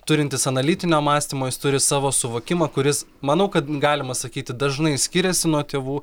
turintis analitinio mąstymo jis turi savo suvokimą kuris manau kad galima sakyti dažnai skiriasi nuo tėvų